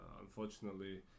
unfortunately